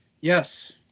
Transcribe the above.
yes